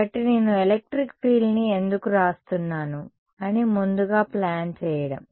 కాబట్టి నేను ఎలక్ట్రిక్ ఫీల్డ్ని ఎందుకు వ్రాస్తున్నాను అని ముందుగా ప్లాన్ చేయడం